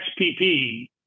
XPP